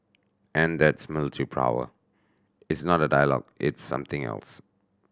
and that's military power it's not dialogue it's something else